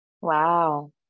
Wow